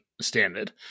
standard